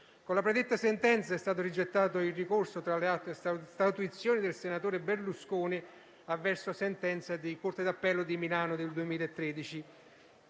Con la predetta sentenza è stato rigettato il ricorso, tra le altre statuizioni, del senatore Berlusconi avverso sentenza di Corte d'appello di Milano del 2013.